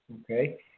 Okay